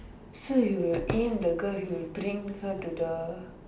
so he will aim the girl he will bring her to the